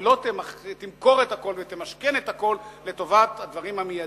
ולא תמכור את הכול ותמשכן את הכול לטובת הדברים המיידיים